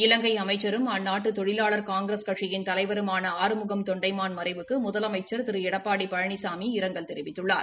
இலங்கை அமைச்சரும் அந்நாட்டு தொழிலாளர் காங்கிரஸ் கட்சியின் தலைவருமான ஆறுமுகம் தொண்டைமான் மறைவுக்கு முதலமைச்சள் திரு எடப்பாடி பழனிசாமி இரங்கல் தெரிவித்துள்ளார்